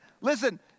listen